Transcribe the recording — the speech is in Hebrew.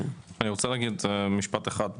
אני רוצה להגיד משפט אחד,